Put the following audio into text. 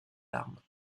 larmes